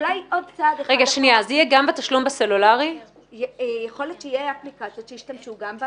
יכול להיות שיהיו אפליקציות שישתמשו.